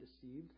deceived